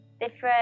different